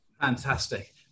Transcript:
Fantastic